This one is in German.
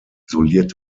isoliert